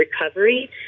recovery